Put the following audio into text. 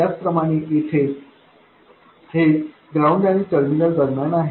त्याचप्रमाणे येथे हे ग्राउंड आणि टर्मिनल दरम्यान आहे